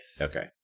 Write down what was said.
Okay